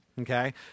okay